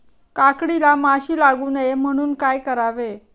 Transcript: काकडीला माशी लागू नये म्हणून काय करावे?